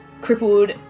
crippled